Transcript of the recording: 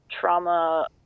trauma